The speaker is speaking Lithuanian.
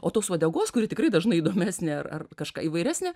o tos uodegos kuri tikrai dažnai įdomesnė ar ar kažką įvairesnė